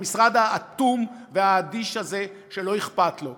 המשרד האטום והאדיש הזה שלא אכפת לו.